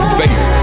faith